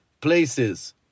places